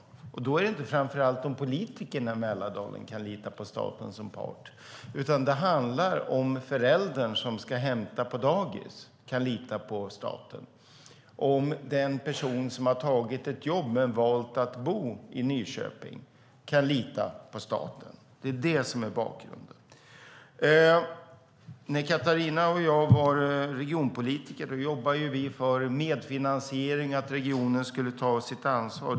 Då handlar det framför allt inte om politikerna i Mälardalen kan lita på staten som part, utan det handlar om föräldern som ska hämta på dagis kan lita på staten, om den person som har tagit ett jobb men valt att bo i Nyköping kan lita på staten. Det är bakgrunden. När Catharina och jag var regionpolitiker jobbade vi för medfinansiering och att regionen skulle ta sitt ansvar.